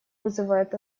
вызывают